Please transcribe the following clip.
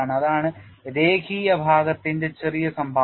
അതാണ് രേഖീയ ഭാഗത്തിന്റെ ചെറിയ സംഭാവന